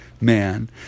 man